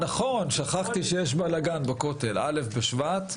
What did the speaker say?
נכון, שכחתי שיש בלגן בכותל, א' בשבט.